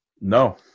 No